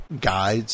guides